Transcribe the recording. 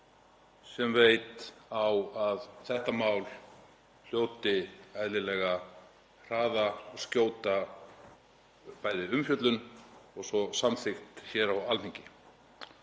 sem veit á það að þetta mál hljóti eðlilega, hraða og skjóta umfjöllun og svo samþykkt hér á Alþingi.